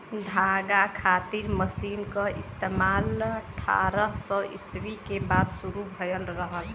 धागा खातिर मशीन क इस्तेमाल अट्ठारह सौ ईस्वी के बाद शुरू भयल रहल